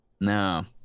No